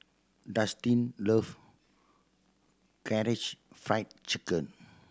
Dustin love Karaage Fried Chicken